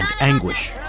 anguish